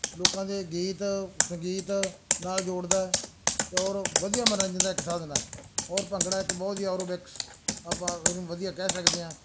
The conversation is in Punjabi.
ਲੋਕਾਂ ਦੇ ਗੀਤ ਸੰਗੀਤ ਨਾਲ ਜੋੜਦਾ ਔਰ ਵਧੀਆ ਮਨੋਰੰਜਨ ਦਾ ਇੱਕ ਸਾਧਨ ਹੈ ਔਰ ਭੰਗੜਾ ਇੱਕ ਬਹੁਤ ਹੀ ਔਰਬਿਕਸ ਆਪਾਂ ਇਹਨੂੰ ਵਧੀਆ ਕਹਿ ਸਕਦੇ ਹਾਂ